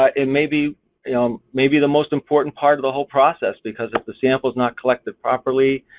ah it maybe um maybe the most important part of the whole process, because if the sample is not collected properly,